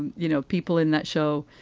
you know, people in that show.